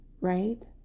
right